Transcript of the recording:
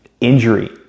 Injury